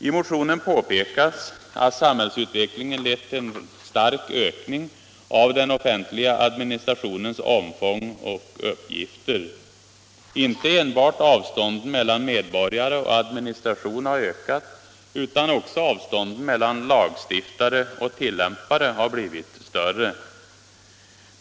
I motionen påpekas att samhällsutvecklingen lett till en stark ökning av den offentliga administrationens omfång och uppgifter. Inte enbart avstånden mellan medborgare och administration har ökat utan också avstånden mellan lagstiftare och tillämpare har blivit större.